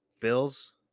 Bills